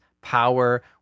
power